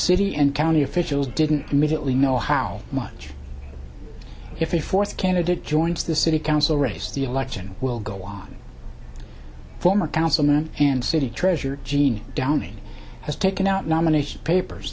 city and county officials didn't immediately know how much if a fourth candidate joins the city council race the election will go on former councilman and city treasurer jean downey has taken out nomination papers